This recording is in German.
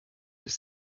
ist